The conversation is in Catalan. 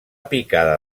picada